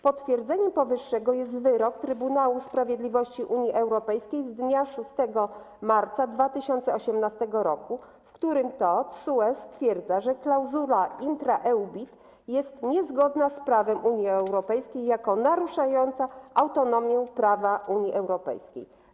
Potwierdzeniem powyższego jest wyrok Trybunału Sprawiedliwości Unii Europejskiej z dnia 6 marca 2018 r., w którym TSUE stwierdził, że klauzule intra-EU BIT są niezgodne z prawem Unii Europejskiej jako naruszające autonomię prawa Unii Europejskiej.